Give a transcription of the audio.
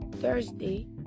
Thursday